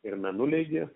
ir mėnuleigį